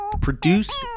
Produced